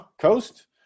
Coast